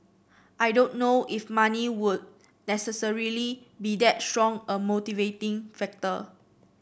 I don't know if money would necessarily be that strong a motivating factor